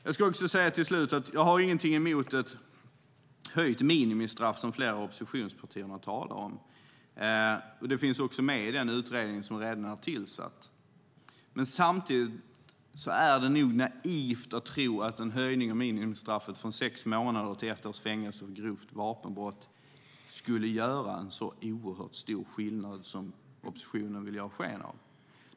Jag ska till slut säga att jag inte har någonting emot ett höjt minimistraff, som flera av oppositionspartierna talar om. Det finns också med i den utredning som redan har tillsatts. Men samtidigt är det nog naivt att tro att en höjning av minimistraffet från sex månaders till ett års fängelse för grovt vapenbrott skulle göra en så oerhört stor skillnad som oppositionen vill ge sken av.